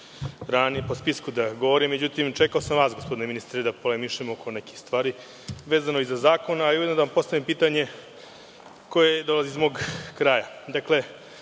sam po spisku ranije da govorim, međutim, čekao sam vas, gospodine ministre, da polemišemo oko nekih stvari vezano i za zakon, a ujedno da vam postavim pitanje koje dolazi iz mog kraja. Ovaj